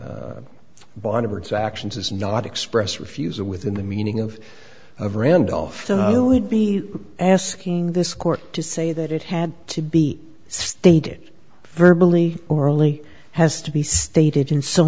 as not express refusal within the meaning of of randolph's only be asking this court to say that it had to be stated verbally orally has to be stated in so